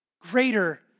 greater